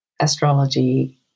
astrology